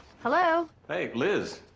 hello? hey, liz,